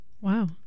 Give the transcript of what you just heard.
Wow